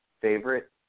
favorite